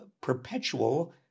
perpetual